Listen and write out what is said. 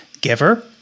giver